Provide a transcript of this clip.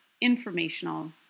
informational